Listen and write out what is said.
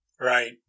Right